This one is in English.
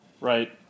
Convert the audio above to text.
Right